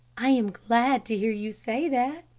i am glad to hear you say that,